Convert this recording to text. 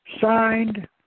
signed